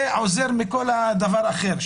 זה עוזר יותר מכל דבר אחר,